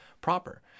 proper